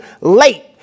late